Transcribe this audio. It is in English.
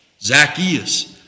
Zacchaeus